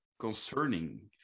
concerning